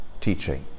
teaching